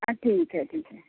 हां ठीक आहे ठीक आहे